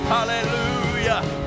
Hallelujah